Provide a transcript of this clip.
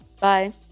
Bye